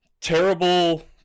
Terrible